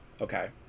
okay